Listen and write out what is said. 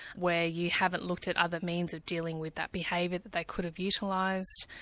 where you haven't looked at other means of dealing with that behaviour that they could have utilised.